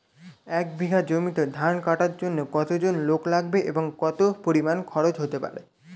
এক বিঘা জমিতে ধান কাটার জন্য কতজন লোক লাগবে এবং কত পরিমান খরচ হতে পারে?